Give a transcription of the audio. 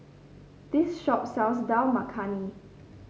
this shop sells Dal Makhani